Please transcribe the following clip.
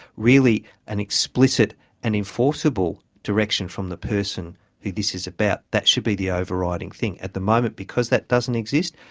really an explicit and enforceable direction from the person who this is about, that should be the overriding thing. at the moment because that doesn't exist,